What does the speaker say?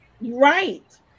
right